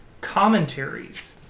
commentaries